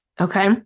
okay